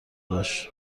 باش